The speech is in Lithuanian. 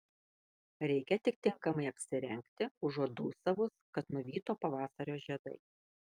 reikia tik tinkamai apsirengti užuot dūsavus kad nuvyto pavasario žiedai